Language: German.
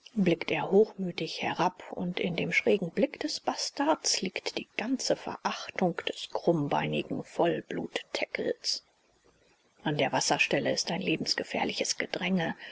blickt er hochmütig herab und in dem schrägen blick des bastards liegt die ganze verachtung des krummbeinigen vollblutteckels an der wasserstelle ist ein lebensgefährliches gedränge